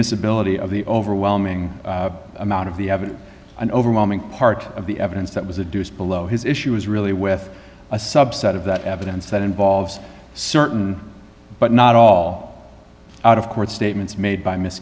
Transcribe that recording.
admissibility of the overwhelming amount of the evidence an overwhelming part of the evidence that was a deuced below his issue is really with a subset of that evidence that involves certain but not all out of court statements made by miss